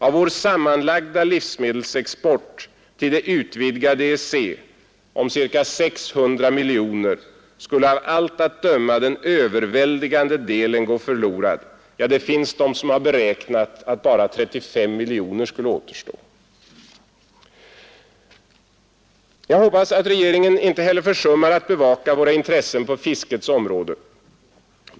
Av vår sammanlagda livsmedelsexport till det utvidgade EEC om ca 600 miljoner skulle av allt att döma den överväldigande delen gå förlorad — ja, det finns de som har beräknat att bara 35 miljoner skulle återstå. Jag hoppas att regeringen inte heller försummar att bevaka våra intressen på fiskets område.